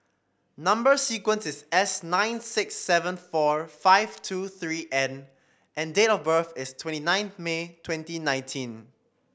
number sequence is S nine six seven four five two three N and date of birth is twenty nine May twenty nineteen